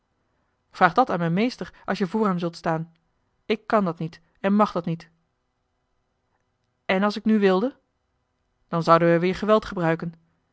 vraag dat aan m'n meester als je voor hem zult staan ik kan dat niet en mag dat niet en als ik nu wilde dan zouden we weer geweld gebruiken